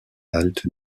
halte